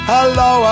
Hello